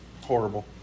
horrible